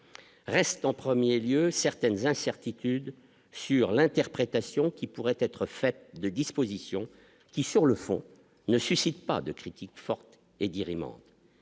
reste en 1er lieu certaines incertitudes sur l'interprétation qui pourrait être faite de dispositions qui, sur le fond ne suscite pas de critiques fortes et dire